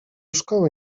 szkoły